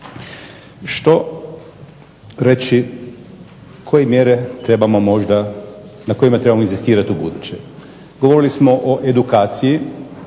Što reći koje mjere trebamo možda, na kojima trebamo inzistirati ubuduće. Govorili smo o edukaciji,